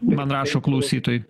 man rašo klausytojai